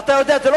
ואתה יודע את זה.